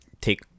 take